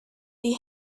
the